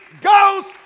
ghost